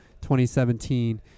2017